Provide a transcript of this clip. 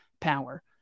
power